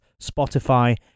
Spotify